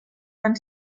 van